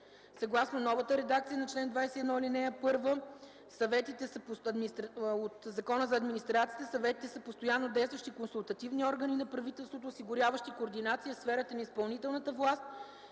Съгласно новата редакция на чл. 21, ал. 1 от Закона за администрацията съветите са постоянно действащи консултативни органи на правителството, осигуряващи координация в сферата на изпълнителната власт,